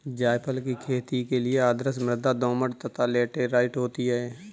जायफल की खेती के लिए आदर्श मृदा दोमट तथा लैटेराइट होती है